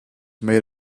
made